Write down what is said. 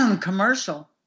commercial